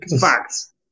facts